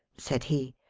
said he.